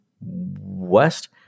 West